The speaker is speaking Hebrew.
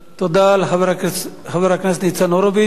תודה לחבר הכנסת ניצן הורוביץ.